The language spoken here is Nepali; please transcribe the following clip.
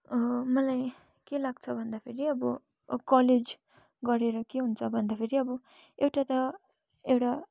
मलाई के लाग्छ भन्दाखेरि अब कलेज गरेर के हुन्छ भन्दाखेरि अब एउटा त एउटा